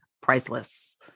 priceless